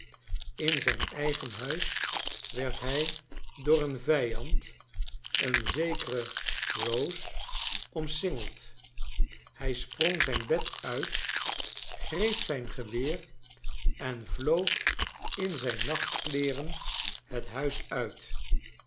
in zijn eigen huis werd hij door een vijand een zekere rose omsingeld hy sprong zijn bed uit greep zijn geweer en vloog in zyn nachtkleeren het huis uit